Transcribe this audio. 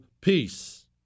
Peace